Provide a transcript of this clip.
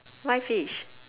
why fish